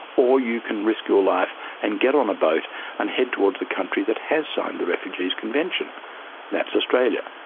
or you can risk your life and get on a boat and head towards a country that has signed the refugees convention, and that's australia.